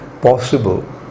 possible